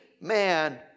man